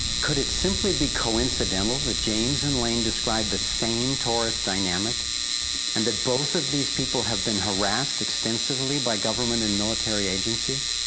could it simply be coincidental, that james and lane describe the same torus dynamic and that both of these people have been harassed extensively by government and military agencies?